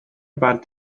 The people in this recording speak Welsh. bant